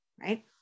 right